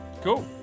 Cool